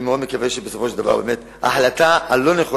אני מאוד מקווה שבסופו של דבר אכן ההחלטה הלא-נכונה,